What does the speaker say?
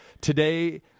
Today